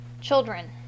Children